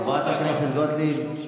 חברת הכנסת גוטליב.